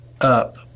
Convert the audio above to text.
up